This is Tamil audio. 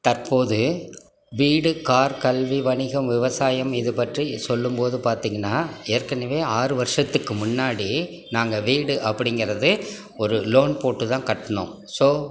தற்போது வீடு கார் கல்வி வணிகம் விவசாயம் இது பற்றி சொல்லும்போது பார்த்தீங்கன்னா ஏற்கனவே ஆறு வருஷத்துக்கு முன்னாடி நாங்கள் வீடு அப்படிங்கறது ஒரு லோன் போட்டுதான் கட்டினோம் ஸோ